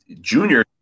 junior